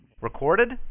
Recorded